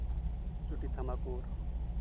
ᱪᱩᱴᱤ ᱛᱷᱟᱢᱟᱠᱩᱨ